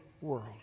world